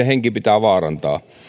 henki pitää vaarantaa